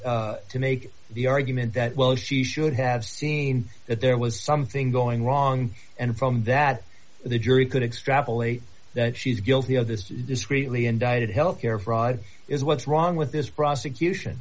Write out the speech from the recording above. it to make the argument that well she should have seen that there was something going wrong and from that the jury could extrapolate that she's guilty of this discreetly indicted healthcare fraud is what's wrong with this prosecution